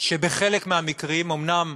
שבחלק מהמקרים, אומנם